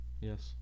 Yes